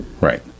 Right